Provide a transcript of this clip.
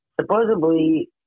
Supposedly